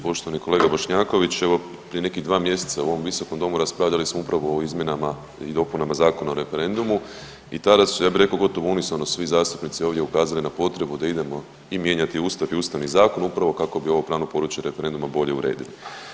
Poštovani kolega Bošnjaković, evo prije nekih 2 mjeseca u ovom visokom domu raspravljali smo upravo o izmjenama i dopunama Zakona o referendumu i tada su ja bih rekao gotovo unisono svi zastupnici ovdje ukazali na potrebu da idemo i mijenjati i Ustav i Ustavni zakon upravo kako bi ovo pravno područje referenduma bolje uredili.